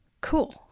Cool